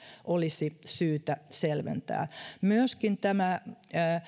olisi syytä selventää myöskin tämä